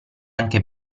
anche